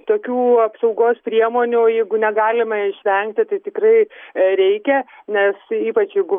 tokių apsaugos priemonių jeigu negalime išvengti tai tikrai reikia nes ypač jeigu